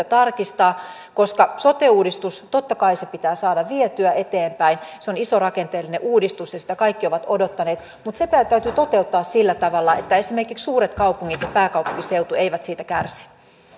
tarkistaa koska sote uudistus totta kai pitää saada vietyä eteenpäin se on iso rakenteellinen uudistus ja sitä kaikki ovat odottaneet mutta se täytyy toteuttaa sillä tavalla että esimerkiksi suuret kaupungit ja pääkaupunkiseutu eivät siitä kärsi